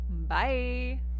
Bye